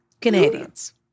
Canadians